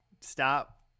stop